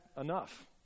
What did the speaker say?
enough